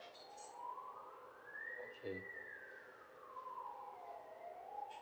okay